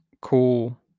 cool